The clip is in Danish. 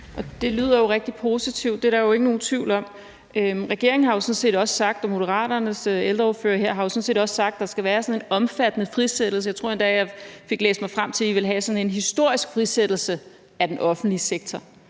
Det lyder jo rigtig positivt. Det er der ikke nogen tvivl om. Regeringen har sådan set også sagt, og Moderaternes ældreordførerhar sådan set også sagt, at der skal være en omfattende frisættelse. Jeg tror endda, at jeg fik læst mig frem til, at I vil have sådan en historisk frisættelse af den offentlige sektor.